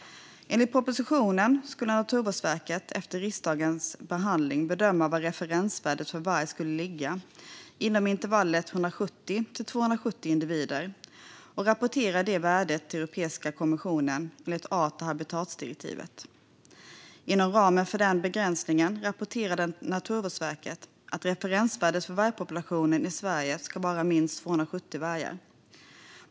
Enligt propositionen skulle Naturvårdsverket efter riksdagens behandling bedöma var referensvärdet för varg skulle ligga inom intervallet 170-270 individer och rapportera det värdet till Europeiska kommissionen enligt art och habitatdirektivet. Inom ramen för denna begränsning rapporterade Naturvårdsverket att referensvärdet för vargpopulationen i Sverige ska vara minst 270 vargar.